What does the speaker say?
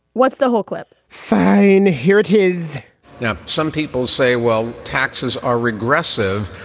what's the whole clip? fine. here it is now, some people say, well, taxes are regressive.